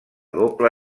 doble